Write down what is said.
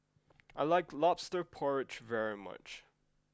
I like Lobster Porridge very much